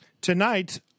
Tonight